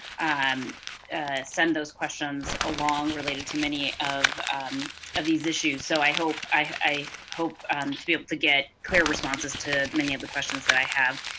um send those questions along related to many of of these issues. so i i hope to be able to get clear responses to many of the questions that i have.